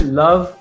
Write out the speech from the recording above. love